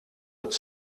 het